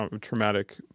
traumatic